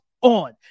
on